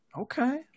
okay